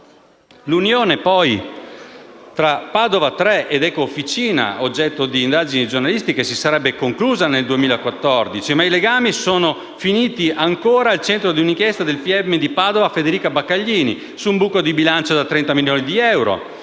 L'unione tra Padova Tre ed Ecofficina, oggetto di indagini giornalistiche, si sarebbe conclusa nel 2014, ma i loro legami sono finiti ancora al centro di un'inchiesta del pubblico ministero di Padova Federica Baccaglini su un buco in bilancio da 30 milioni di euro.